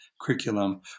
curriculum